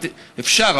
אפשר,